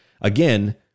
again